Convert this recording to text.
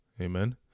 Amen